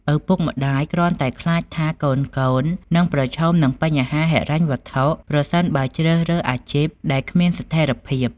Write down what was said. ឪពុកម្ដាយគ្រាន់តែខ្លាចថាកូនៗនឹងប្រឈមនឹងបញ្ហាហិរញ្ញវត្ថុ ប្រសិនបើជ្រើសរើសអាជីពដែលគ្មានស្ថេរភាព។